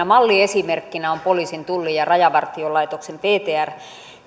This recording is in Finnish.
malliesimerkkinä on poliisin tullin ja rajavartiolaitoksen ptr